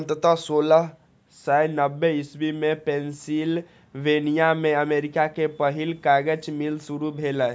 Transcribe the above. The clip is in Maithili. अंततः सोलह सय नब्बे इस्वी मे पेंसिलवेनिया मे अमेरिका के पहिल कागज मिल शुरू भेलै